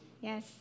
Yes